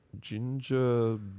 Ginger